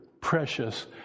precious